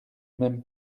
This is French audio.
même